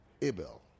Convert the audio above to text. Abel